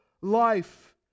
life